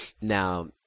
Now